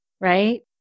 Right